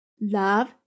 Love